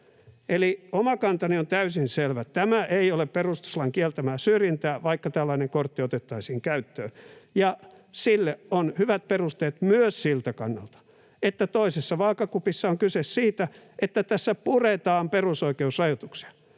Eli oma kantani on täysin selvä: tämä ei ole perustuslain kieltämää syrjintää, vaikka tällainen kortti otettaisiin käyttöön. Sille on hyvät perusteet myös siltä kannalta, että toisessa vaakakupissa on kyse siitä, että tässä puretaan perusoikeusrajoituksia.